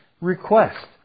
request